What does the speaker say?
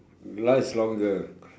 last longer